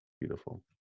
Beautiful